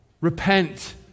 Repent